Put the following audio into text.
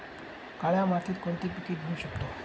काळ्या मातीत कोणती पिके घेऊ शकतो?